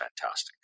fantastic